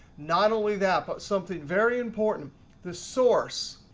not only that, but something very important the source.